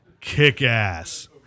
Kick-Ass